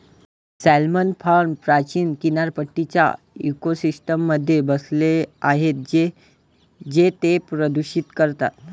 salmon farms प्राचीन किनारपट्टीच्या इकोसिस्टममध्ये बसले आहेत जे ते प्रदूषित करतात